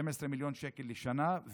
12 מיליון שקל לשנה,